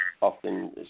often